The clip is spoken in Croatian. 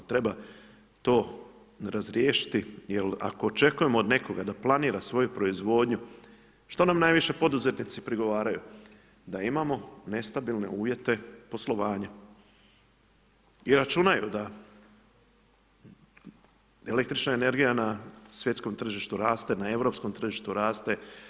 Treba to razriješiti, jer ako očekujemo od nekoga da planira svoju proizvodnju, što nam najviše poduzetnici prigovaraju, da imamo nestabilne uvjete poslovanja i računaju da električna energija na svjetskom tržištu raste, na europskom tržištu raste.